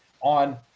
on